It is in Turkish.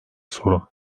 sorun